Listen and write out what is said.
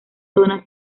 zona